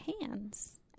hands